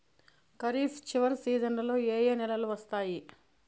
ఖరీఫ్ చివరి సీజన్లలో ఏ ఏ నెలలు వస్తాయి